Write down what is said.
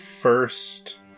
first